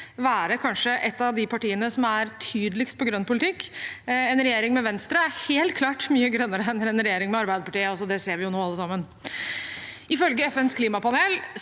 et av de partiene som er tydeligst på grønn politikk. En regjering med Venstre er helt klart mye grønnere enn en regjering med Arbeiderpartiet. Det ser vi jo nå alle sammen. Ifølge FNs klimapanel